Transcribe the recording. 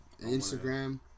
Instagram